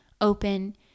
open